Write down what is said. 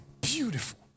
Beautiful